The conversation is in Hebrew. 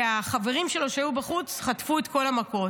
והחברים שלו, שהיו בחוץ, חטפו את כל המכות.